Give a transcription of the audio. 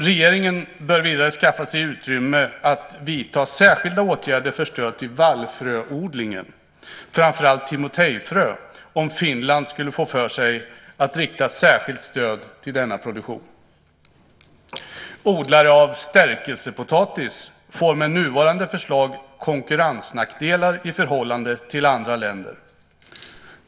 Regeringen bör vidare skaffa sig utrymme att vidta särskilda åtgärder för stöd till vallfröodlingen, framför allt timotejfrö, om Finland skulle få för sig att rikta särskilt stöd till denna produktion. Odlare av stärkelsepotatis får med nuvarande förslag konkurrensnackdelar i förhållande till andra länder.